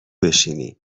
بشینیم